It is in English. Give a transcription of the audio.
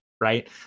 right